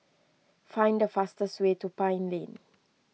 find the fastest way to Pine Lane